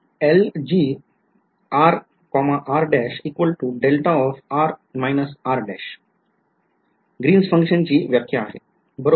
Green's function ची व्याख्या आहे बरोबर